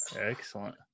excellent